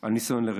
על ניסיון לרצח.